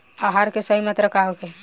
आहार के सही मात्रा का होखे?